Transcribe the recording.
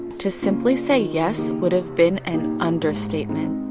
to simply say yes would have been an understatement.